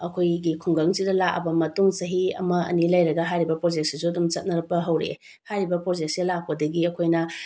ꯑꯩꯈꯣꯏꯒꯤ ꯈꯨꯡꯒꯪꯁꯤꯗ ꯂꯥꯛꯑꯕ ꯃꯇꯨꯡ ꯆꯍꯤ ꯑꯃ ꯑꯅꯤ ꯂꯩꯔꯒ ꯍꯥꯏꯔꯤꯕ ꯄ꯭ꯔꯣꯖꯦꯛꯁꯤꯁꯨ ꯑꯗꯨꯝ ꯆꯠꯅꯔꯛꯄ ꯍꯧꯔꯛꯑꯦ ꯍꯥꯏꯔꯤꯕ ꯄ꯭ꯔꯣꯖꯦꯛꯁꯦ ꯂꯥꯛꯄꯗꯒꯤ ꯑꯩꯈꯣꯏꯅ